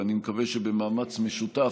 ואני מקווה שבמאמץ משותף,